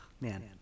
man